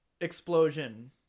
explosion